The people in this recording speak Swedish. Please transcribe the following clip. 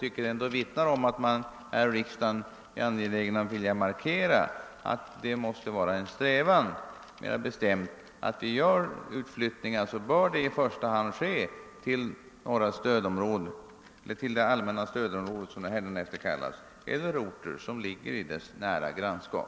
Jag anser att detta vittnar om att man i riksdagen är angelägen om att markera att det måste vara en mera bestämd strävan att låta aktuella utflyttningar i första hand ske till det allmänna stödområdet eller till orter i dess nära grannskap.